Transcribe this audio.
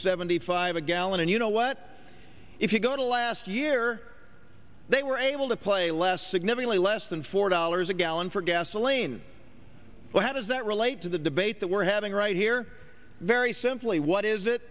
seventy five a gallon and you know what if you go to last year they were able to play less significantly less than four dollars a gallon for gasoline so how does that relate to the debate that we're having right here very simply what is it